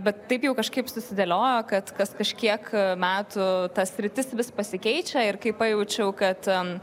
bet taip jau kažkaip susidėliojo kad kas kažkiek metų ta sritis vis pasikeičia ir kai pajaučiau kad